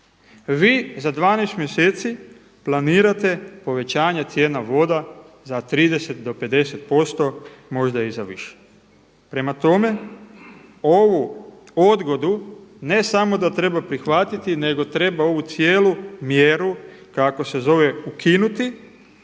vi za 12 mjeseci planirate povećanje cijena voda za 30 do 50%, možda i za više. Prema tome, ovu odgodu ne samo da treba prihvatiti, nego treba ovu cijelu mjeru ukinuti